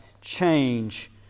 change